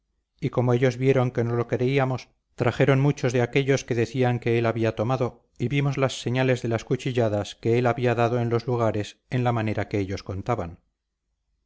y como ellos vieron que no lo creíamos trajeron muchos de aquéllos que decían que él había tomado y vimos las señales de las cuchilladas que él había dado en los lugares en la manera que ellos contaban